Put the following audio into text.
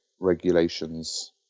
regulations